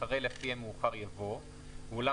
אחרי "לפי המאוחר" יבוא "ואולם,